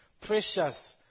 precious